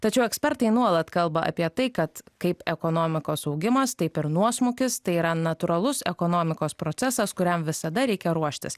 tačiau ekspertai nuolat kalba apie tai kad kaip ekonomikos augimas taip ir nuosmukis tai yra natūralus ekonomikos procesas kuriam visada reikia ruoštis